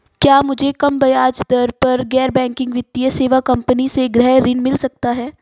क्या मुझे कम ब्याज दर पर गैर बैंकिंग वित्तीय सेवा कंपनी से गृह ऋण मिल सकता है?